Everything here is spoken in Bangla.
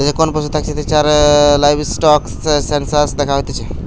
দেশে কোন পশু থাকতিছে তার লাইভস্টক সেনসাস দ্যাখা হতিছে